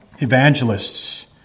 evangelists